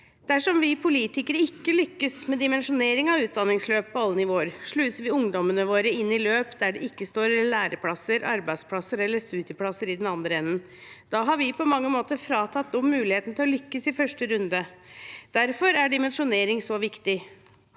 Dersom vi politikere ikke lykkes med dimensjonering av utdanningsløp på alle nivåer, sluser vi ungdommene våre inn i løp der det ikke står læreplasser, arbeidsplasser eller studieplasser i den andre enden. Da har vi på mange måter fratatt dem muligheten til å lykkes i første runde. Derfor er dimensjonering så viktig.